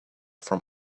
from